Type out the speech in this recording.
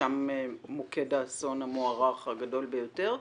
שם מוקד האסון המוערך הגדול ביותר.